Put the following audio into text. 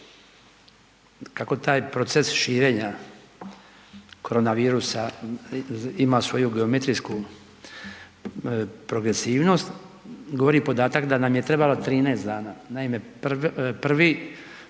kako taj proces širenja korona virusa ima svoju geometrijsku progresivnost, govori podatak da nam je trebala 13 dana,